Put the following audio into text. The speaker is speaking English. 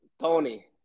Tony